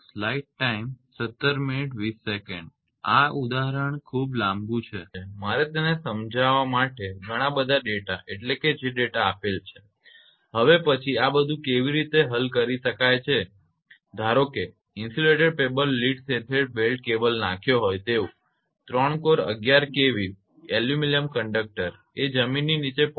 આ ઉદાહરણ ખૂબ લાંબું છે મારે તેને સમજાવવા માટે ધણા બધા ડેટા એટલે કે જે ડેટા આપેલ છે હવે પછી આ બધુ કેવી રીતે હલ કરી શકાય છે ધારો કે insulated paper lead sheathed belt cable નાખ્યો હોય તેવું 3 કોર 11 કેવી એલ્યુમિનિયમ કંડક્ટર એ જમીનની નીચે 0